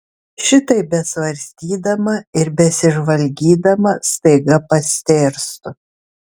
šitaip besvarstydama ir besižvalgydama staiga pastėrstu